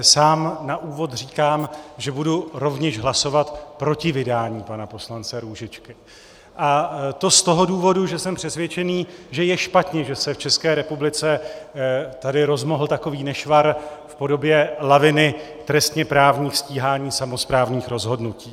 Sám na úvod říkám, že budu rovněž hlasovat proti vydání pana poslance Růžičky, a to z toho důvodu, že jsem přesvědčený, že je špatně, že se v České republice tady rozmohl takový nešvar v podobě laviny trestněprávních stíhání samosprávních rozhodnutí.